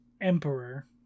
emperor